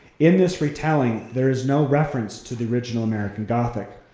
in this retelling, there is no reference to the original american gothic.